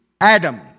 Adam